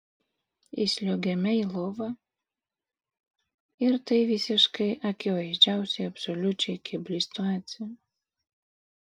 įsliuogiame į lovą ir tai visiškai akivaizdžiausiai absoliučiai kebli situacija